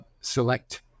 select